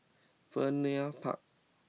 Vernon Park